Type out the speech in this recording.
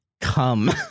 Come